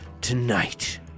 tonight